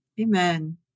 Amen